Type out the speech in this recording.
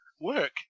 Work